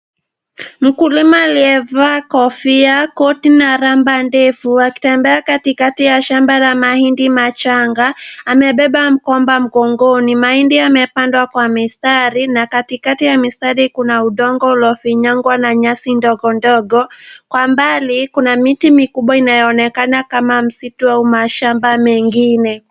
Mkulima aliyevalia kofia, koti na rubber ndefu akitembea katikati ya shamba la mahindi machanga. Amebeba mgomba mgongoni. Mahindi yamepandwa kwa mistari na katikati ya mistari kuna udongo uliofinyangwa na nyasi ndogo ndogo Kwa mbali kuna miti mikubwa inayoonekana kama misitu am mashamba mengine.